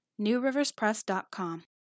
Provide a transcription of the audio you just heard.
newriverspress.com